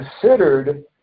considered